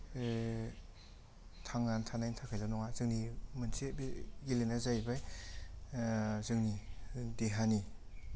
थांनानै थानायनि थाखायल' नङा जोंनि मोनसे बे गेलेनाया जाहैबाय जोंनि देहानि